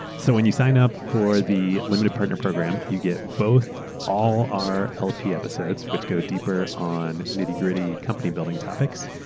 so when you sign up for the limited partner program, you get both our lp episodes, which go deeper on nitty gritty company building topics,